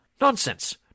Nonsense